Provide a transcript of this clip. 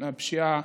הפשיעה